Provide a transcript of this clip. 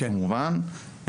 כמובן,